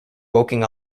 woking